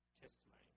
testimony